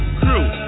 crew